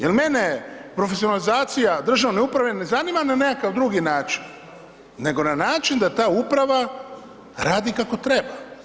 Jer mene je profesionalizacija državne uprave ne zanima me nekakav drugi način, nego na način da ta uprava radi kako treba.